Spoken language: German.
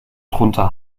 drunter